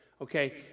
okay